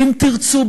ו"אם תרצו",